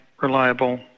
reliable